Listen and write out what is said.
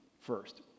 First